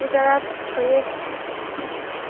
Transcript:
two ꯇꯔꯥ ꯐꯪꯉꯦ